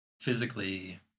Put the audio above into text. physically